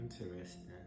interesting